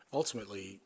ultimately